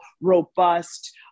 robust